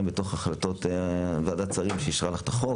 בתוך החלטות ועדת שרים שאישרה לך את החוק